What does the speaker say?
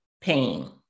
pain